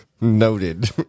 Noted